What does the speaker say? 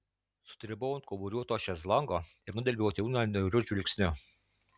sudribau ant kauburiuoto šezlongo ir nudelbiau atėjūną niauriu žvilgsniu